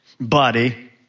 body